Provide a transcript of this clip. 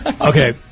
Okay